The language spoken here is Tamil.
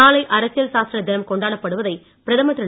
நாளை அரசியல்சாசன தினம் கொண்டாடப்படுவதை பிரதமர் திரு